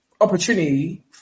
opportunity